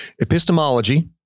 Epistemology